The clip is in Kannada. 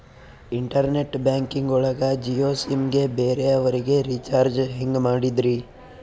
ಇಂಟರ್ನೆಟ್ ಬ್ಯಾಂಕಿಂಗ್ ಒಳಗ ಜಿಯೋ ಸಿಮ್ ಗೆ ಬೇರೆ ಅವರಿಗೆ ರೀಚಾರ್ಜ್ ಹೆಂಗ್ ಮಾಡಿದ್ರಿ?